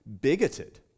bigoted